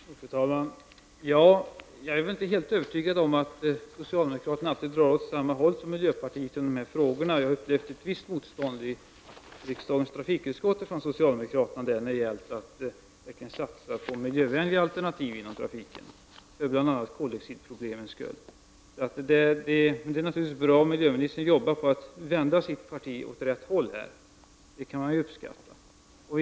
Fru talman! Jag är inte helt övertygad om att socialdemokraterna alltid drar åt samma håll som miljöpartiet i dessa frågor. Jag har upplevt ett visst motstånd från socialdemokraterna i riksdagens trafikutskott när det har gällt att man skall satsa på miljövänliga alternativ inom trafiken, bl.a. i fråga om hur koldioxidproblemet skall lösas. Men det är naturligtvis bra om miljöministern arbetar för att vända sitt parti åt rätt håll. Det uppskattar jag.